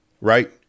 right